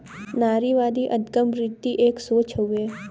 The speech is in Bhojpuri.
नारीवादी अदगम वृत्ति एक सोच हउए